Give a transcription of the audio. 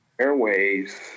Airways